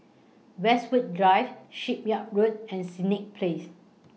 Westwood Drive Shipyard Road and Senett Place